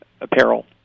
apparel